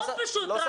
זה מאוד פשוט.